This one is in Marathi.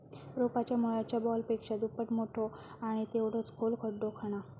रोपाच्या मुळाच्या बॉलपेक्षा दुप्पट मोठो आणि तेवढोच खोल खड्डो खणा